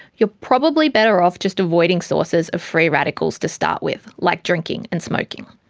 you're probably better off just avoiding sources of free radicals to start with, like drinking and smoking.